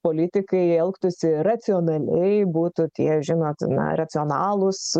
politikai elgtųsi racionaliai būtų tie žinot na racionalūs